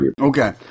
Okay